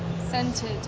Centered